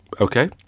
Okay